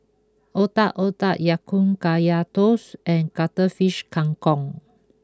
Otak Otak Ya Kun Kaya Toast and Cuttlefish Kang Kong